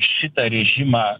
šitą režimą